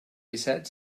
disset